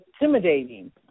intimidating